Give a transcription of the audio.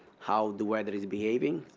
how the weather is behaving.